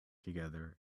together